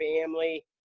family